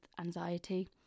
anxiety